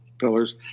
pillars